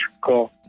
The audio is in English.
cool